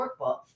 workbook